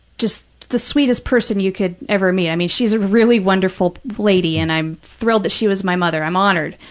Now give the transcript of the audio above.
just the sweetest person you could ever meet. i mean, she's a really wonderful lady and i'm thrilled that she was my mother. i'm honored,